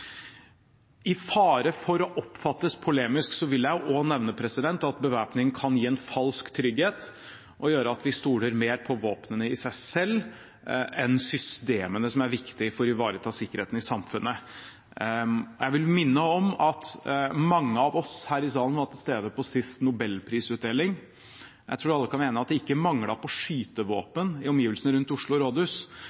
I fare for å oppfattes polemisk vil jeg også nevne at bevæpning kan gi en falsk trygghet og gjøre at vi stoler mer på våpnene i seg selv enn systemene som er viktige for å ivareta sikkerheten i samfunnet. Jeg vil minne om at mange av oss her i salen var til stede på den siste nobelprisutdelingen. Jeg tror alle kan være enige om at det ikke manglet på skytevåpen i omgivelsene rundt Oslo rådhus.